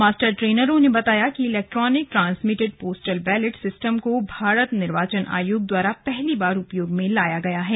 master ट्रेनरों ने बताया कि electronic transmitted postal ballot system को भारत निर्वाचन आयोग द्वारा पहली बार उपयोग में लाया गया है